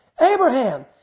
Abraham